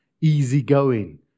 easygoing